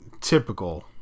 typical